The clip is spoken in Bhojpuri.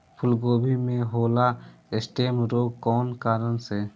फूलगोभी में होला स्टेम रोग कौना कारण से?